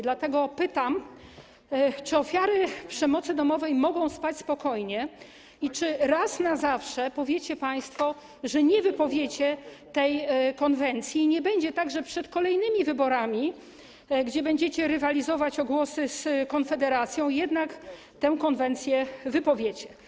Dlatego pytam: Czy ofiary przemocy domowej mogą spać spokojnie, czy raz na zawsze powiecie państwo, że nie wypowiecie tej konwencji, i czy nie będzie tak, że przed kolejnymi wyborami, kiedy będziecie rywalizować o głosy z Konfederacją, jednak tę konwencję wypowiecie?